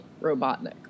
Robotnik